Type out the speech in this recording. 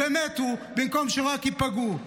ומתו במקום שרק ייפגעו.